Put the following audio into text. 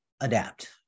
adapt